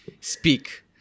speak